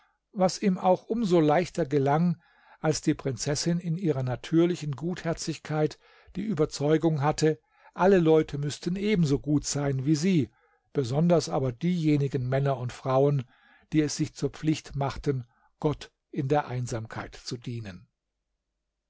was ihm auch um so leichter gelang als die prinzessin in ihrer natürlichen gutherzigkeit die überzeugung hatte alle leute müßten ebenso gut sein wie sie besonders aber diejenigen männer und frauen die es sich zur pflicht machten gott in der einsamkeit zu dienen